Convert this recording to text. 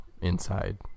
inside